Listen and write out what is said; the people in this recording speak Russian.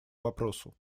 вопросу